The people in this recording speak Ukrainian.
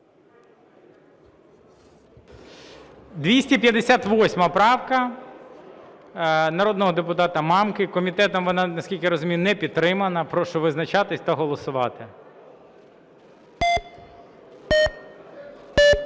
258 правка народного депутата Мамки. Комітетом вона, наскільки я розумію, не підтримана. Прошу визначатись та голосувати.